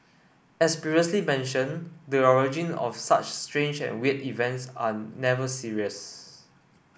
as previously mentioned the origin of such strange and weird events are never serious